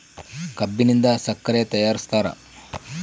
ಕಬ್ಬಿನಿಂದ ಸಕ್ಕರೆ ತಯಾರಿಸ್ತಾರ